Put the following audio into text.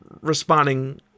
responding